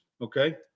Okay